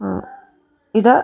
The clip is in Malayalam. ആ ഇത്